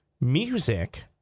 Music